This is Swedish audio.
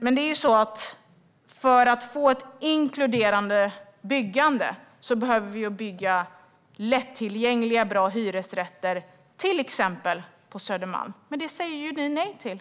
Men för att vi ska få ett inkluderande byggande behöver vi bygga lättillgängliga och bra hyresrätter till exempel på Södermalm. Men det säger ni nej till.